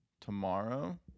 Tomorrow